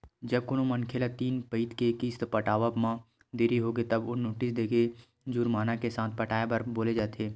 जब कोनो मनखे ल तीन पइत के किस्त पटावब म देरी होगे तब तो नोटिस देके जुरमाना के साथ पटाए बर बोले जाथे